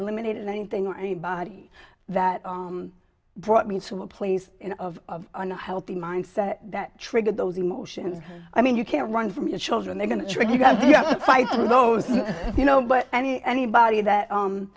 limited anything or anybody that brought me to a place of unhealthy mindset that triggered those emotions i mean you can't run from your children they're going to shrink you've got to fight those you know but any anybody that